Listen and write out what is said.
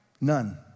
None